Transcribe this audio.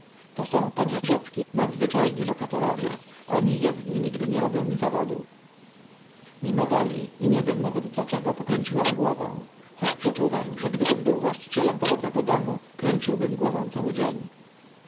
to są panie rzecki nadzwyczajni lokatorowie oni jedni nigdy nie robią mi zawodu mimowoli i nie wiem nawet dlaczego pokręciłem głową choć przeczuwam że gdybym był właścicielem podobnego domu kręciłbym głową cały dzień